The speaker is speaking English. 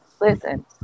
Listen